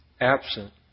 absent